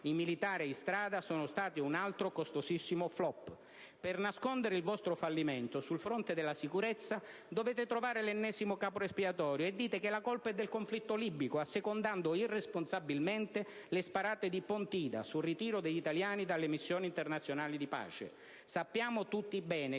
I militari in strada sono stati un altro costosissimo *flop*. Per nascondere il vostro fallimento sul fronte della sicurezza dovete trovare l'ennesimo capro espiatorio e dite che la colpa è del conflitto libico, assecondando irresponsabilmente le sparate di Pontida sul ritiro degli italiani dalle missioni internazionali di pace. Sappiamo tutti bene